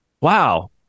wow